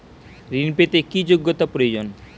ঋণ পেতে কি যোগ্যতা প্রয়োজন?